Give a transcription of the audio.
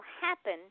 happen